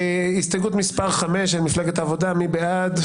הסתייגות מס' 5 של מפלגת העבודה, מי בעד?